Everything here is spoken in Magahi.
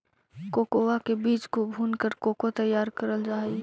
कोकोआ के बीज को भूनकर कोको तैयार करल जा हई